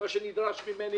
מה שנדרש ממני